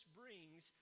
brings